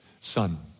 Son